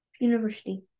university